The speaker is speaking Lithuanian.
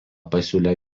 pasiūlė